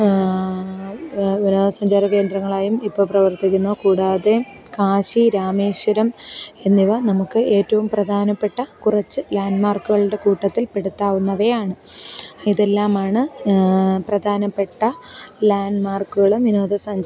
വിനോദസഞ്ചാരകേന്ദ്രങ്ങളായും ഇപ്പോള് പ്രവർത്തിക്കുന്നു കൂടാതെ കാശി രാമേശ്വരം എന്നിവ നമുക്ക് ഏറ്റവും പ്രധാനപ്പെട്ട കുറച്ച് ലാൻ് മാർക്കുകളുടെ കൂട്ടത്തിൽപ്പെടുത്താവുന്നവയാണ് ഇതെല്ലാമാണ് പ്രധാനപ്പെട്ട ലാന്ഡ് മാർക്കുകളും വിനോദസഞ്ച